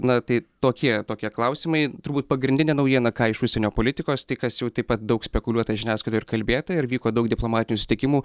na tai tokie tokie klausimai turbūt pagrindinė naujiena ką iš užsienio politikos tai kas jau taip pat daug spekuliuota žiniasklaidoj ir kalbėta ir vyko daug diplomatinių susitikimų